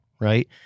right